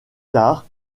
tard